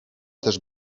też